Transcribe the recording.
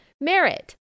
merit